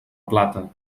plata